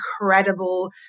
incredible